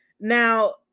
Now